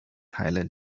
teile